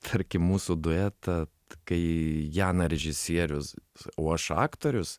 tarkim mūsų duetą kai jana režisierius o aš aktorius